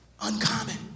Uncommon